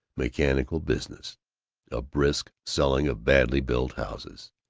mechanical business a brisk selling of badly built houses.